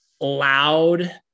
loud